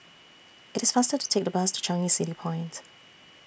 IT IS faster to Take The Bus to Changi City Point